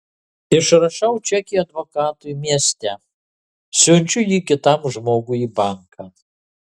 išrašau čekį advokatui mieste siunčiu jį kitam žmogui į banką